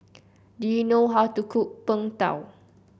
do you know how to cook Png Tao